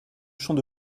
champ